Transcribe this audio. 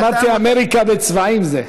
אמרתי, אמריקה בצבעים, זה.